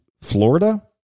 Florida